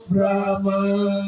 Brahma